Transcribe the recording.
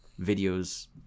videos